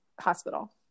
hospital